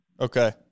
Okay